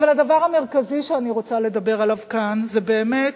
אבל הדבר המרכזי שאני רוצה לדבר עליו כאן זה באמת